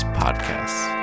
podcasts